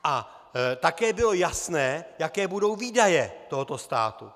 A také bylo jasné, jaké budou výdaje tohoto státu.